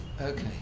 Okay